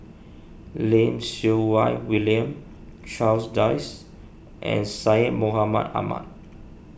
Lim Siew Wai William Charles Dyce and Syed Mohamed Ahmed